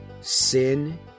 sin